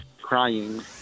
crying